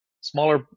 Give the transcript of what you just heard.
smaller